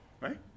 right